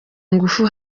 ngufu